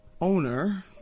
owner